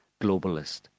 globalist